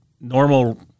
normal